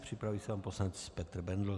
Připraví se pan poslanec Petr Bendl.